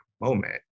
moment